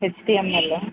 హెచ్టిఎమ్ఎల్లా